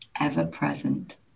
ever-present